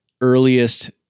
earliest